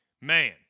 Man